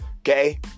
okay